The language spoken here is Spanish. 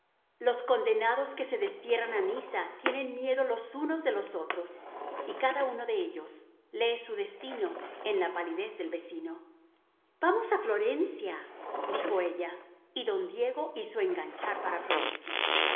los condenados que se destierran a niza tienen miedo los unos de los otros y cada uno de ellos lee su destino en la palidez del vecino vamos a florencia dijo ella y don diego hizo enganchar para florencia